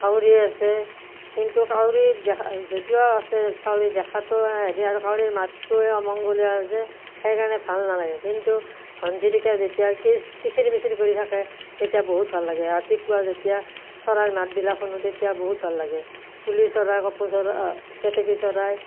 কাউৰী আছে কিন্তু কাউৰী দেখাত যদিও আছে কাউৰী দেখাতো হেৰি আৰু কাউৰীৰ মাতটোয়ে অমংগলীয়া যে সেইকাৰণে ভাল নালাগে কিন্তু ঘনচিৰিকাই যেতিয়া খিচিৰি মিচিৰি কৰি থাকে তেতিয়া বহুত ভাল লাগে ৰাতিপুৱা যেতিয়া চৰাইৰ মাতবিলাক শুনো তেতিয়া বহুত ভাল লাগে কুলি চৰাই কপৌ কেতেকী চৰাই